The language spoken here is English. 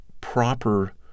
proper